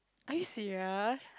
are you serious